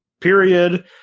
period